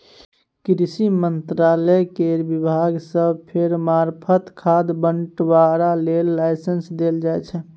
कृषि मंत्रालय केर विभाग सब केर मार्फत खाद बंटवारा लेल लाइसेंस देल जाइ छै